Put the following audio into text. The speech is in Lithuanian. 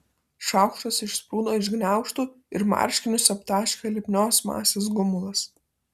šaukštas išsprūdo iš gniaužtų ir marškinius aptaškė lipnios masės gumulas